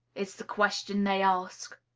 is the question they ask.